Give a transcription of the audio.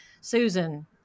Susan